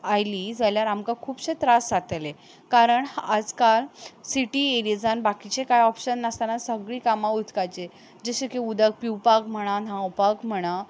आयली जाल्यार आमकां खुबशे त्रास जातले कारण आज काल सिटी एरिजान बाकीचे कांय ऑप्शन नासतना सगळीं कामां उदकाची जशी की उदक पिवपाक म्हणा न्हांवपाक म्हणा